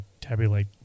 tabulate